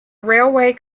railway